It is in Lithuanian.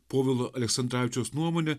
povilo aleksandravičiaus nuomone